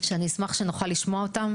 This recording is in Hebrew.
שאני אשמח שנוכל לשמוע אותם.